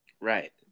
Right